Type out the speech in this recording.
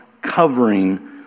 covering